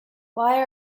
why